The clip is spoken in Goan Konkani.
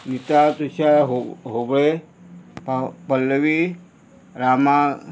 स्मिता तुशार हो होबळे पा पल्लवी रामा